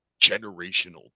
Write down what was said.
generational